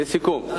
לסיכום,